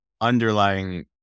underlying